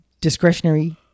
discretionary